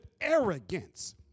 arrogance